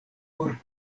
por